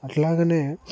అట్లాగనే